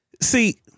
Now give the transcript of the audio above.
See